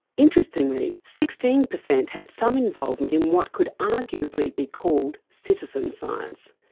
interestingly, sixteen percent had some involvement in what could arguably be called citizen science.